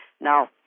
now